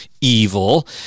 evil